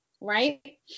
Right